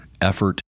effort